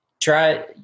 Try